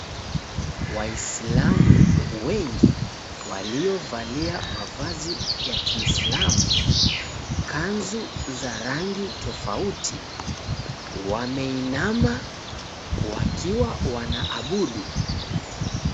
Waisilamu wengi waliovalia mavazi ya kiisilamu, kanzu za rangi tofauti. Wameinama wakiwa wanaabudu.